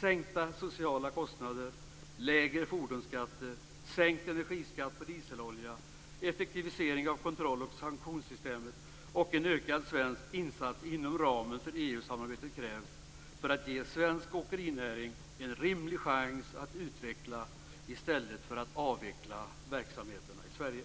Sänkta sociala kostnader, lägre fordonsskatter, sänkt energiskatt på dieselolja, effektivisering av kontroll och sanktionssystemet och en ökad svensk insats inom ramen för EU samarbetet krävs för att ge svensk åkerinäring en rimlig chans att utveckla i stället för att avveckla verksamheterna i Sverige.